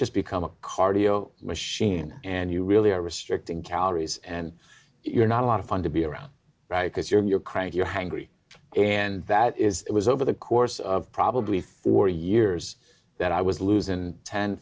just become a cardio machine and you really are restricting calories and you're not a lot of fun to be around because you're cranky you're hangry and that is it was over the course of probably four years that i was losing